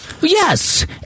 Yes